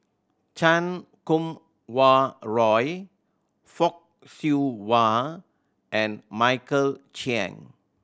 Chan Kum Wah Roy Fock Siew Wah and Michael Chiang